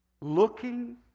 Looking